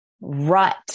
rut